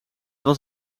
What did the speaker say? was